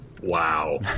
Wow